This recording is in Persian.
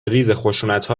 ریزخشونتها